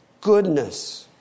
goodness